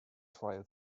trial